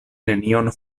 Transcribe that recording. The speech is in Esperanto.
nenion